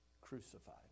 crucified